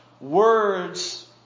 words